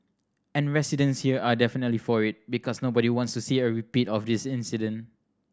and residents here are definitely for it because nobody wants to see a repeat of this incident